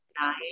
nine